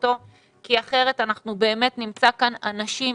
אותו כי אחרת אנחנו באמת נמצא כאן אנשים,